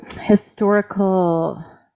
historical